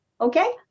okay